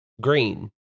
green